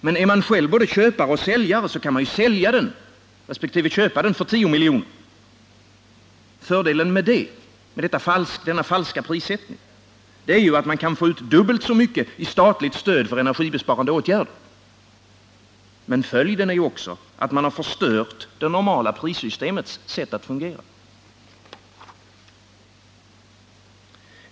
Men är man själv både köpare och säljare, kan man ju sälja resp. köpa den för 10 miljoner. Fördelen med denna falska prissättning är att man kan få dubbelt så mycket i statligt stöd för energibesparande åtgärder. Men följden är att man förstört det normala prissystemets sätt att fungera.